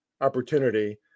opportunity